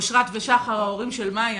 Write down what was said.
אושרת ושחר, ההורים של מאיה,